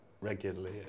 regularly